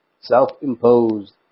Self-imposed